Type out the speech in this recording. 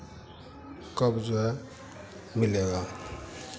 कब जो है मिलेगा